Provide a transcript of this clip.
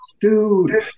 dude